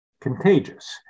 contagious